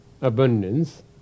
abundance